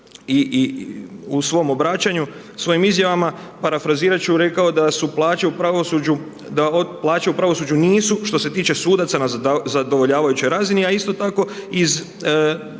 i u svom obraćanju, svojim izjavama, parafrazirati ću rekao da su plaće u pravosuđu, da plaće u pravosuđu nisu što se tiče sudaca na zadovoljavajućoj razini a isto tako iz